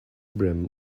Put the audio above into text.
brim